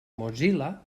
mozilla